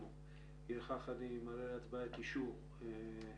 לפיכך אני מעלה להצבעה את דוח ביצוע